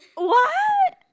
what